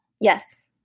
Yes